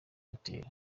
airtel